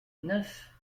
neuf